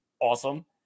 awesome